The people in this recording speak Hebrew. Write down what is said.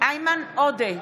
איימן עודה,